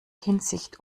hinsicht